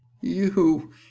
You